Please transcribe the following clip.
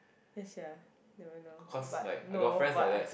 yes sia never know but no but